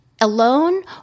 alone